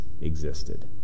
existed